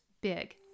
big